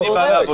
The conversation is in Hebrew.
אני בא לעבודה,